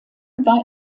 war